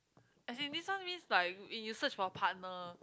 as in this one means like you search for a partner